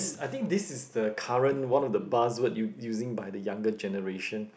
I think this is the current one of the buzz word using by the younger generation